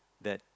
that